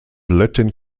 latin